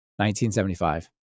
1975